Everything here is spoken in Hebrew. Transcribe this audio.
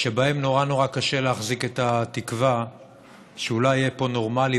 שבהם נורא נורא קשה להחזיק את התקווה שאולי יהיה פה נורמלי,